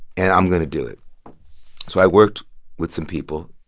and i'm going to do it so i worked with some people.